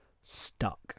stuck